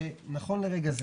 שנכון לרגע זה,